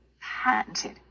patented